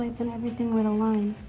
then everything would align.